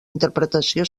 interpretació